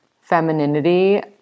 femininity